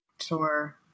Sure